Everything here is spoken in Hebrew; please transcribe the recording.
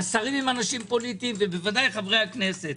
השרים הם אנשים פוליטיים ובוודאי חברי הכנסת.